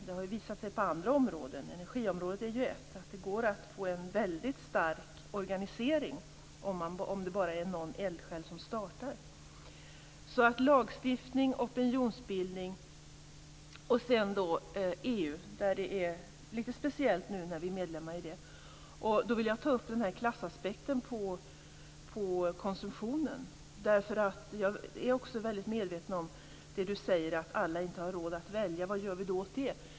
Det har visat sig på andra områden - energiområdet är ett - att det går att åstadkomma en väldigt stark organisering om det bara är någon eldsjäl som börjar. Här kan vi alltså arbeta med lagstiftning och opinionsbildning och inom EU; det är ju lite speciellt nu när vi är medlemmar. Jag vill ta upp klassaspekten på konsumtionen. Jag är också väldigt medveten om det Jonas Ringqvist säger, dvs. att alla inte har råd att välja. Vad gör vi då åt det?